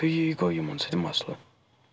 تہٕ یی گوٚو یِمَن سۭتۍ مَسلہٕ